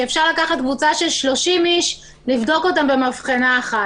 שאפשר לקחת קבוצה של 30 איש ולבדוק אותם במבחנה אחת.